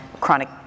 chronic